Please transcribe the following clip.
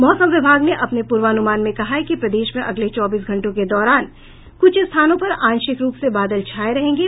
मौसम विभाग ने अपने पूर्वानुमान में कहा है कि प्रदेश में अगले चौबीस घंटों के दौरान कुछ स्थानों पर आंशिक रूप से बादल छाये रहेंगे